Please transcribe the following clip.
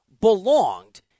belonged